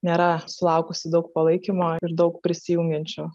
nėra sulaukusi daug palaikymo ir daug prisijungiančių